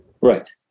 Right